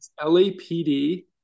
LAPD